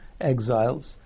exiles